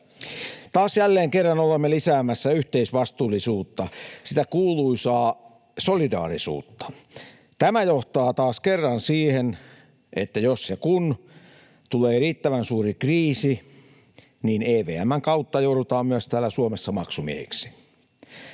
kautta. Jälleen kerran olemme lisäämässä yhteisvastuullisuutta, sitä kuuluisaa solidaarisuutta. Tämä johtaa taas kerran siihen, että jos ja kun tulee riittävän suuri kriisi, niin EVM:n kautta joudutaan myös täällä Suomessa maksumiehiksi.